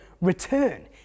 return